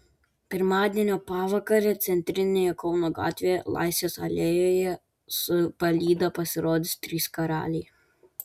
pirmadienio pavakarę centrinėje kauno gatvėje laisvės alėjoje su palyda pasirodys trys karaliai